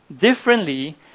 differently